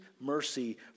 mercy